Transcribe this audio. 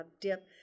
dip